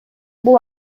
бул